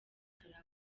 karagwe